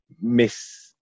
miss